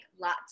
lots